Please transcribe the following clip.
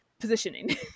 positioning